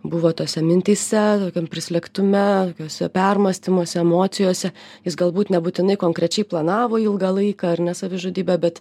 buvo tose mintyse tokiam prislėgtume tokiuose permąstymas emocijose jis galbūt nebūtinai konkrečiai planavo ilgą laiką ar ne savižudybę bet